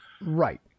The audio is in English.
Right